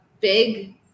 big